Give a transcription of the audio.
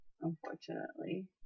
unfortunately